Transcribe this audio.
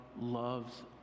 loves